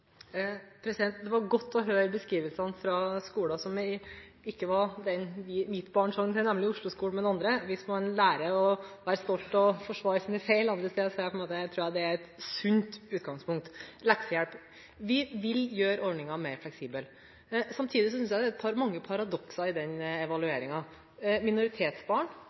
Det var godt å høre beskrivelsene fra skoler som ikke er den mitt barn sogner til – nemlig Osloskolen – men andre. Hvis man lærer å være stolt og forsvare sine feil andre steder, tror jeg det er et sunt utgangspunkt. Leksehjelp: Vi vil gjøre ordningen mer fleksibel. Samtidig syns jeg det er mange paradokser i den evalueringen. Minoritetsbarn